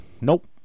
nope